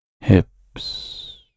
hips